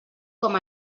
com